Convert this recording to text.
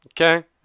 okay